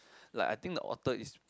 like I think the author is